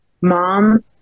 mom